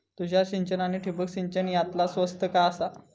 तुषार सिंचन आनी ठिबक सिंचन यातला स्वस्त काय आसा?